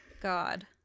God